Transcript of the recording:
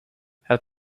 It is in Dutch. het